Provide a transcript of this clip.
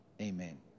Amen